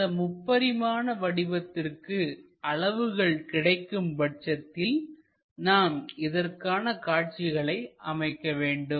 இந்த முப்பரிமாண வடிவத்திற்கு அளவுகள் கிடைக்கும் பட்சத்தில் நாம் இதற்கான காட்சிகளை அமைக்க வேண்டும்